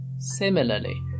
Similarly